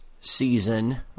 season